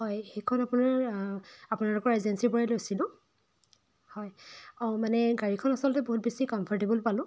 হয় সেইখন আপোনাৰ আপোনালোকৰ এজেঞ্চিৰপৰাই লৈছিলোঁ হয় অঁ মানে গাড়ীখন আচলতে বহুত বেছি কম্ফৰ্টেবল পালোঁ